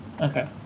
okay